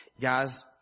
Guys